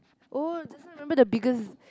oh this one I remember the biggest